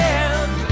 end